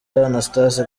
anastase